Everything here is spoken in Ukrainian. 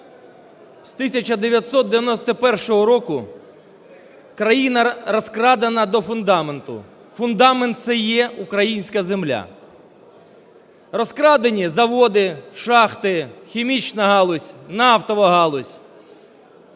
з 1991 року країна розкрадена до фундаменту. Фундамент – це є українська земля. Розкрадені заводи, шахти, хімічна галузь, нафтова галузь.